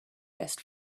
best